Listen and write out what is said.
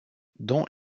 dont